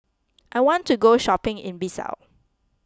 I want to go shopping in Bissau